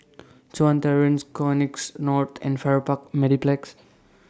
Chuan Terrace Connexis North and Farrer Park Mediplex